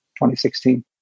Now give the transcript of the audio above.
2016